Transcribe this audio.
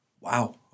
Wow